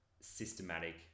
systematic